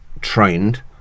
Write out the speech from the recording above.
trained